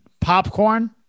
popcorn